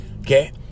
Okay